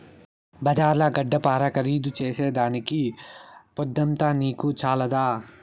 బజార్ల గడ్డపార ఖరీదు చేసేదానికి పొద్దంతా నీకు చాలదా